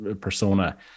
persona